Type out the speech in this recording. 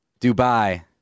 Dubai